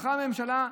הלכה הממשלה,